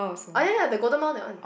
ah ya ya the Golden-Mile that one